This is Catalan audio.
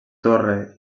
torre